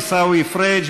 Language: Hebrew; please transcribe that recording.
עיסאווי פריג',